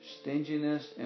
Stinginess